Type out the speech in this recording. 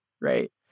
right